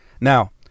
Now